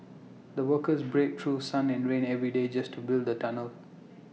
the workers braved through sun and rain every day just to build the tunnel